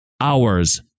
hours